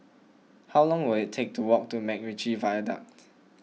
how long will it take to walk to MacRitchie Viaduct